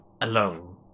alone